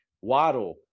Waddle